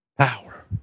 power